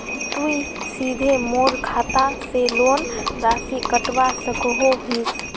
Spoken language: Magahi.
तुई सीधे मोर खाता से लोन राशि कटवा सकोहो हिस?